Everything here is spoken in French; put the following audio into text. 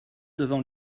devant